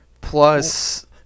plus